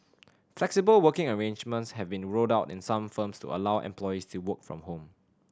flexible working arrangements have been rolled out in some firms to allow employees to work from home